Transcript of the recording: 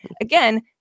again